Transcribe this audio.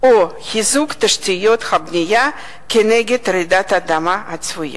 או חיזוק תשתיות הבנייה כנגד רעידת אדמה צפויה.